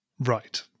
Right